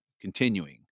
Continuing